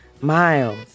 Miles